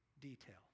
detail